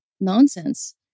nonsense